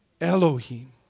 Elohim